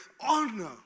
honor